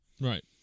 Right